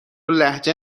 لهجه